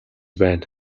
байна